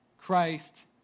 Christ